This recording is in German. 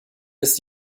ist